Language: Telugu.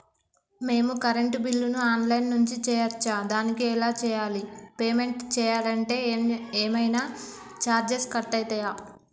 మేము కరెంటు బిల్లును ఆన్ లైన్ నుంచి చేయచ్చా? దానికి ఎలా చేయాలి? పేమెంట్ చేయాలంటే ఏమైనా చార్జెస్ కట్ అయితయా?